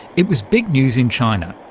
it was big news in china,